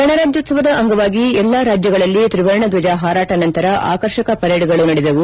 ಗಣರಾಜ್ಯೋತ್ಸವದ ಅಂಗವಾಗಿ ಎಲ್ಲ ರಾಜ್ಯಗಳಲ್ಲಿ ತ್ರಿವರ್ಣ ಧ್ಲಜ ಹಾರಾಟ ನಂತರ ಆಕರ್ಷಕ ಪೆರೇಡ್ ಗಳು ನಡೆದವು